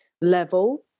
level